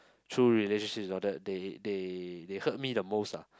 through relationships all that they they they hurt me the most lah